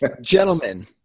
gentlemen